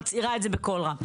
מצהירה את זה בקול רם.